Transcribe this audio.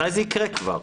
מתי זה יקרה כבר?